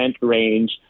range